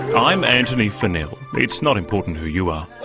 i'm antony funnel, it's not important who you are.